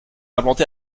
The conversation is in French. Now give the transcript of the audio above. implanté